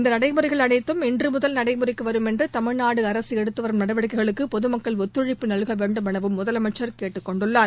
இந்த நடைமுறைகள் அனைத்தும் இன்று முதல் அமலுக்கு வரும் என்றும் தமிழ்நாடு அரசு எடுத்துவரும் நடவடிக்கைகளுக்கு பொதுமக்கள் ஒத்துழைப்பு நல்க வேண்டும் எனவும் முதலமைச்சா் கேட்டுக்கொண்டுள்ளார்